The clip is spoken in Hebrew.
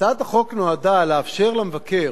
הצעת החוק נועדה לאפשר למבקר,